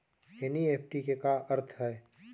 NEFT के का अर्थ है?